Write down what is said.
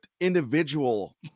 individual